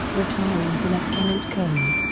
retiring as a lieutenant colonel.